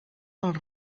pels